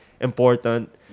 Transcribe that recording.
important